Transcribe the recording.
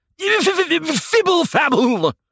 Fibble-fabble